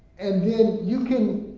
and then, you can